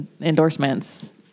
endorsements